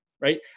right